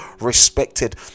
respected